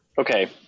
Okay